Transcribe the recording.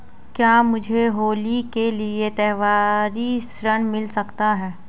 क्या मुझे होली के लिए त्यौहारी ऋण मिल सकता है?